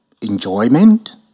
enjoyment